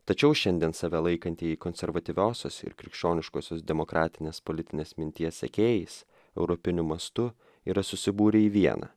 tačiau šiandien save laikantieji konservatyviosios ir krikščioniškosios demokratinės politinės minties sekėjais europiniu mastu yra susibūrę į vieną